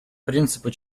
принципа